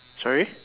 sorry